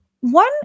One